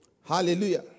Hallelujah